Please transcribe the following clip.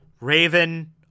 Raven